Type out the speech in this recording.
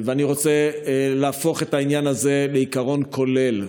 ואני רוצה להפוך את העניין הזה לעיקרון כולל.